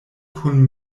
kun